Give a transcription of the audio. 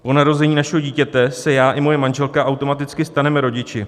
Po narození našeho dítěte se já i moje manželka automaticky staneme rodiči.